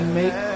make